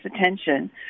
attention